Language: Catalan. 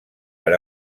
per